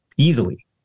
easily